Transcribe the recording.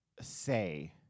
say